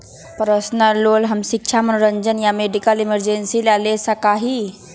personal loan हम शिक्षा मनोरंजन या मेडिकल इमरजेंसी ला ले सका ही